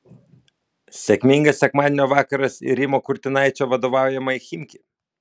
sėkmingas sekmadienio vakaras ir rimo kurtinaičio vadovaujamai chimki